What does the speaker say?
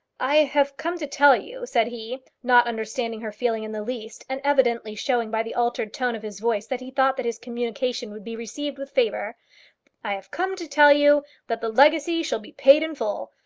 i have come to tell you, said he not understanding her feeling in the least, and evidently showing by the altered tone of his voice that he thought that his communication would be received with favour i have come to tell you that the legacy shall be paid in full.